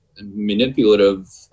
manipulative